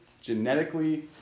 genetically